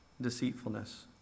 Deceitfulness